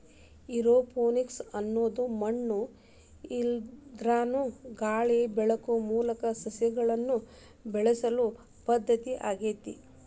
aeroponics ಅನ್ನೋದು ಮಣ್ಣು ಇಲ್ಲಾಂದ್ರನು ಗಾಳಿ ಬೆಳಕು ಮೂಲಕ ಸಸಿಗಳನ್ನ ಬೆಳಿಸೋ ಪದ್ಧತಿ ಆಗೇತಿ